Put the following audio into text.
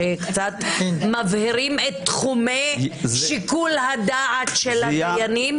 שקצת מבהירים את תחומי שיקול הדעת של הדיינים?